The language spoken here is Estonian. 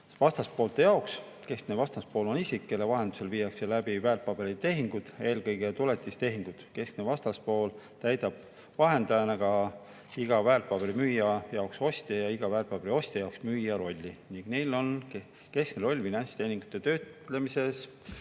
vastaspoolte jaoks. Keskne vastaspool on isik, kelle vahendusel viiakse läbi väärtpaberitehinguid, eelkõige tuletistehinguid. Keskne vastaspool täidab vahendajana iga väärtpaberi müüja jaoks ostja ja iga väärtpaberi ostja jaoks müüja rolli ning neil on keskne roll finantstehingute töötlemisel.